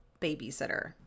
babysitter